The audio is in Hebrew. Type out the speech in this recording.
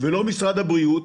לא משרד הבריאות,